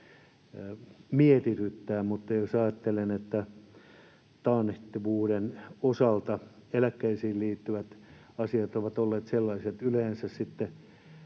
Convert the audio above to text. mietityttää. Mutta jos ajattelen, että taannehtivuuden osalta eläkkeisiin liittyvät asiat ovat olleet sellaisia, että yleensä sitten